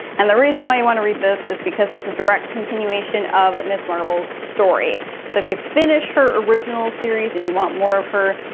and the reason why you wanna read this is because it's a direct continuation of ms marvel's story. so if you finished her original series and you want more of her,